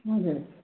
हजुर